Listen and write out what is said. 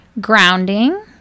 grounding